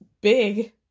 big